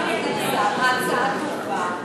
ההצעה טובה,